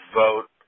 vote